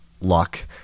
luck